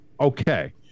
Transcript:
Okay